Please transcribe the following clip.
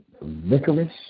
licorice